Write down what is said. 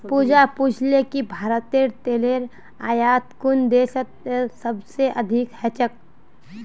पूजा पूछले कि भारतत तेलेर आयात कुन देशत सबस अधिक ह छेक